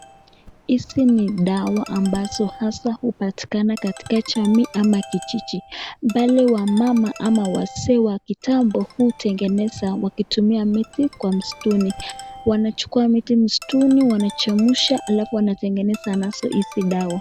Hizi ni dawa ambazo hasa upatikana katika jamii ama kijiji, pale wamama ama wazee wa kitambo utengenza wakitumia miti kwa msituni, wanachukua miti msituni wanachemsha alafu wanatengeneza nazo hizi dawa.